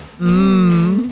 mmm